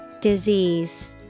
Disease